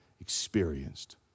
experienced